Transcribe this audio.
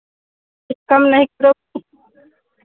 कम नहीं करोगी